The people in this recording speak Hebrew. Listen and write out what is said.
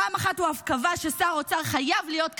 פעם אחת הוא אף קבע ששר אוצר חייב להיות כלכלן,